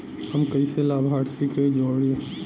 हम कइसे लाभार्थी के जोड़ी?